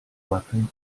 weapons